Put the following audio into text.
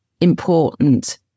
important